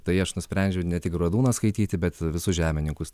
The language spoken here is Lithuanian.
tai aš nusprendžiau ne tik bradūną skaityti bet visus žemininkus